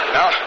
Now